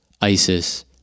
ISIS